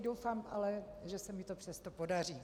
Doufám ale, že se mi to přesto podaří.